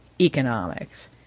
economics